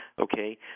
Okay